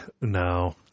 no